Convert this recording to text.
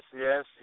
yes